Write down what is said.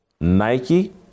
Nike